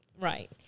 right